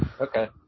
Okay